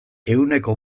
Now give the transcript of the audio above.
ehuneko